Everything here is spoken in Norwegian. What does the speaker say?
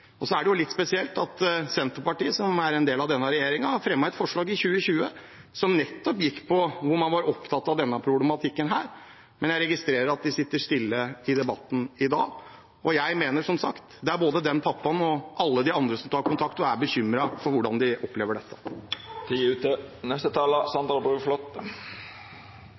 Så er det litt spesielt at Senterpartiet, som er en del av denne regjeringen, fremmet et forslag i 2020 der man var opptatt av nettopp denne problematikken. Jeg registrerer at de sitter stille i debatten i dag. Og når det gjelder både den pappaen og alle de andre som tar kontakt , er jeg bekymret for hvordan de opplever dette.